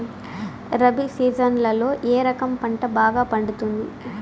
రబి సీజన్లలో ఏ రకం పంట బాగా పండుతుంది